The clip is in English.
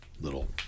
Little